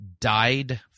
died